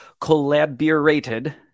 collaborated